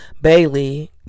Bailey